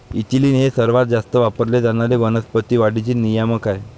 ethylene हे सर्वात जास्त वापरले जाणारे वनस्पती वाढीचे नियामक आहे